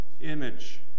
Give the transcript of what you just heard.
image